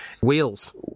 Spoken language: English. Wheels